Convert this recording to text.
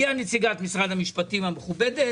הגיעה נציגת משרד המשפטים המכובדת